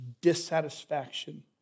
dissatisfaction